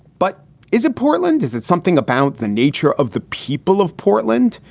but is it portland? is it something about the nature of the people of portland?